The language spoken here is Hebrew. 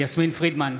יסמין פרידמן,